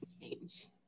change